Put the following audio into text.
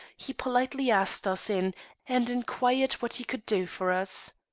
he politely asked us in and inquired what he could do for us.